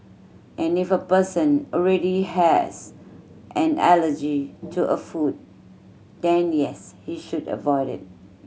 and if a person already has an allergy to a food then yes he should avoid it